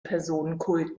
personenkult